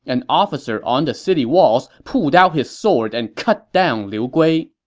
an officer on the city walls pulled out his sword and cut down liu gui.